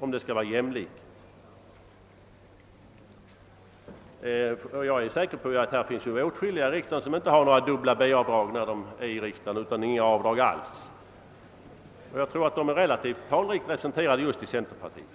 man vill åstadkomma jämlikhet. Jag är säker på att åtskilliga riksdagsmän inte har dubbla B-avdrag, utan inga avdrag alls, och jag tror att dessa riksdagsmän är särskilt talrikt representerade i just centerpartiet.